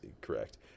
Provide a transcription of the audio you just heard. correct